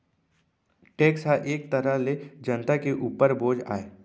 tax ह एक तरह ले जनता के उपर बोझ आय